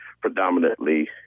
predominantly